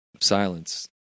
silence